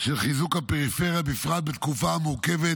שבחיזוק הפריפריה, בפרט בתקופה המורכבת